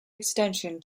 extension